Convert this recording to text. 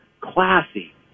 classy